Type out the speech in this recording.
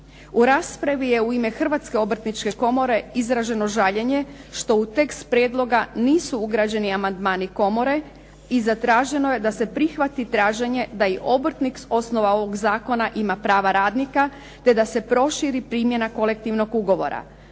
U raspravi je u ime Hrvatske obrtničke komore izraženo žaljenje što u tekst prijedloga nisu ugrađeni amandmani komore i zatraženo je da se prihvati traženje da i obrtnik s osnova ovog zakona ima prava radnika te da se proširi primjena kolektivnog ugovora.